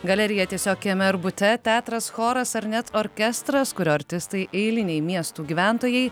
galerija tiesiog kieme ar bute teatras choras ar net orkestras kurio artistai eiliniai miestų gyventojai